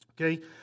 Okay